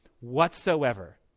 whatsoever